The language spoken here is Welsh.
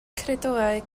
credoau